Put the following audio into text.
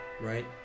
Right